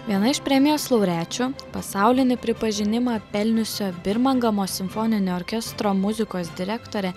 viena iš premijos laureačių pasaulinį pripažinimą pelniusio birmangamo simfoninio orkestro muzikos direktorė